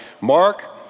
mark